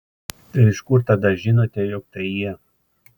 tai iš kur tada žinote jog tai jie